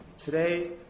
Today